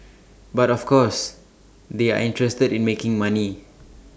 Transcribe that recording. but of course they are interested in making money